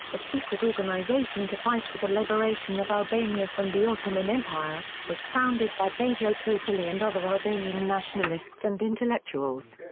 a secret organization to fight for the liberation of albania from the ottoman empire, was founded by bajo topulli and other albanian nationalists and intellectuals.